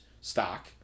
stock